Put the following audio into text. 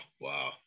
Wow